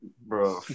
Bro